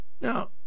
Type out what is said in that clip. Now